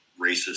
racist